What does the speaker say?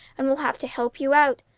and we'll have to help you out.